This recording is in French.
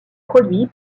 produit